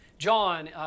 John